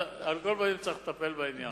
על כל פנים צריך לטפל בעניין.